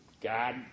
God